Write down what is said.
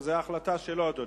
זו החלטה שלו, אדוני.